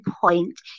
point